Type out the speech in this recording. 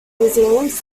museums